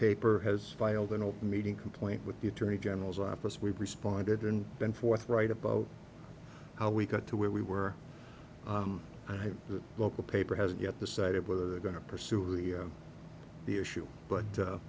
open meeting complaint with the attorney general's office we've responded and been forthright about how we got to where we were the local paper hasn't yet decided whether they're going to pursue the the issue but